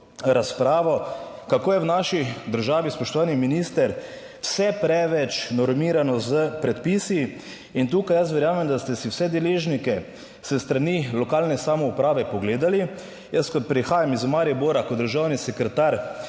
razpravo, kako je v naši državi, spoštovani minister, vse preveč normirano s predpisi. In tukaj jaz verjamem, da ste si vse deležnike s strani lokalne samouprave pogledali. Jaz prihajam iz Maribora, kot državni sekretar.